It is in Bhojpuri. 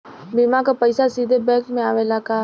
बीमा क पैसा सीधे बैंक में आवेला का?